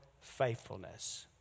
faithfulness